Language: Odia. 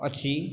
ଅଛି